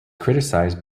criticized